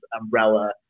umbrella